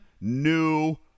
new